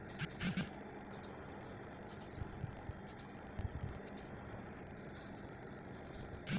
अतेक खातू दवई छींचत हस तभो ले फसल ह काबर बने नइ होवत हे तेन ह सोंचे के बात आय